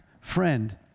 friend